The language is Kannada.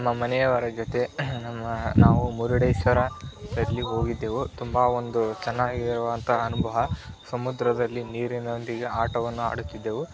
ನಮ್ಮ ಮನೆಯವರ ಜೊತೆ ನಮ್ಮ ನಾವು ಮುರುಡೇಶ್ವರದಲ್ಲಿ ಹೋಗಿದ್ದೆವು ತುಂಬ ಒಂದು ಚೆನ್ನಾಗಿರುವಂಥ ಅನುಭವ ಸಮುದ್ರದಲ್ಲಿ ನೀರಿನೊಂದಿಗೆ ಆಟವನ್ನು ಆಡುತ್ತಿದ್ದೆವು